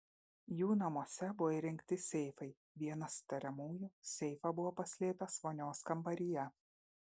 jų namuose buvo įrengti seifai vienas įtariamųjų seifą buvo paslėpęs vonios kambaryje